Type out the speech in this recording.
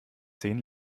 zehn